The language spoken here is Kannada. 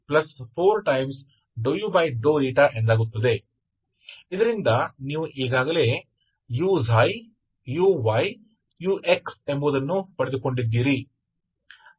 ಇದರಿಂದ ನೀವು ಈಗಾಗಲೇ u uy ux ಎಂಬುದನ್ನು ಪಡೆದುಕೊಂಡಿದ್ದೀರಿ